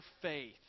faith